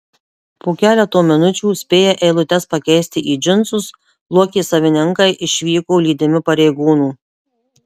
po keleto minučių spėję eilutes pakeisti į džinsus luokės savininkai išvyko lydimi pareigūnų